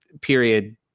period